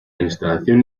instalación